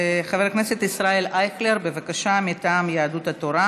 חבר הכנסת ישראל אייכלר מטעם יהדות התורה,